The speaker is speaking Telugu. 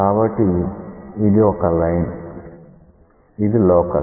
కాబట్టి ఇది ఒక లైన్ ఇది లోకస్